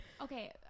okay